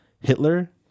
Hitler